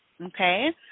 okay